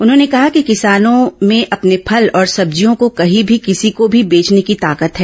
उन्होंने कहा कि किसानों में अपने फल और सब्जियों को कहीं भी किसी को भी बेचने की ताकत है